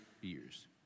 years